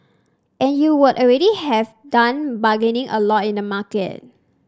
and you would already have done bargaining a lot in the market